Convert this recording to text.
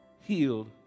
healed